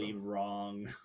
wrong